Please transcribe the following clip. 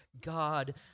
God